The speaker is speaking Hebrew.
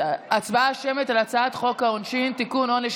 הצבעה שמית על הצעת חוק העונשין (תיקון עונש